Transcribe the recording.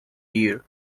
year